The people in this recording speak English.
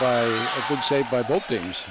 bye i would say by both things